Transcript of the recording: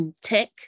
tech